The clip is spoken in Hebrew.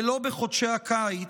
ולא בחודשי הקיץ,